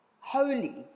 holy